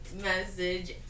message